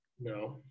No